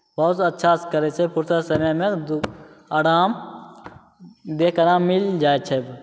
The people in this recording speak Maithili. बहुत सा अच्छा करै छै फुरसत समयमे दु आराम देहके आराम मिल जाइ छै